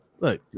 Look